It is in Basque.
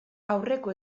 aurreko